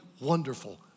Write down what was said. wonderful